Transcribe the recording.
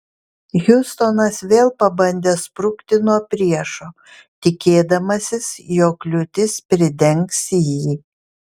hiustonas vėl pabandė sprukti nuo priešo tikėdamasis jog liūtis pridengs jį